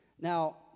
Now